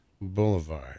Boulevard